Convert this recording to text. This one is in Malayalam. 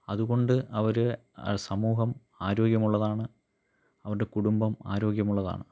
അതുകൊണ്ട് അവർ ആ സമൂഹം ആരോഗ്യമുള്ളതാണ് അവരുടെ കുടുംബം ആരോഗ്യമുള്ളതാണ്